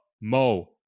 mo